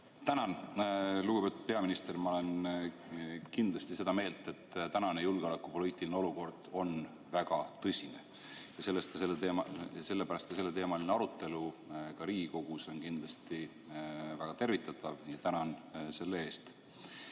Tänan! Lugupeetud peaminister! Ma olen kindlasti seda meelt, et tänane julgeolekupoliitiline olukord on väga tõsine. Sellepärast on selleteemaline arutelu ka Riigikogus kindlasti väga tervitatav, nii et tänan selle eest.